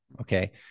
okay